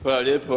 Hvala lijepo.